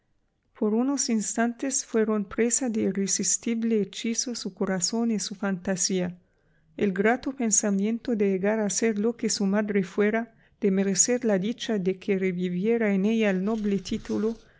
por unos instantes fueron presa de irresistible hechizo su corazón y su fantasía el grato pensamiento de llegar a ser lo que su madre fuera de merecer la dicha de que reviviera en ella el noble